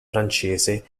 francese